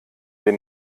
wir